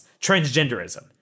transgenderism